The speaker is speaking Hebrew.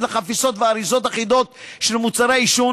לחפיסות ואריזות אחידות של מוצרי עישון,